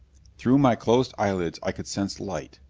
through my closed eyelids i could sense light.